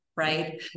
Right